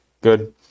good